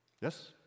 Yes